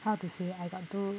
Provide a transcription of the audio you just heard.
how to say I got to